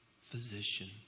physician